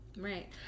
Right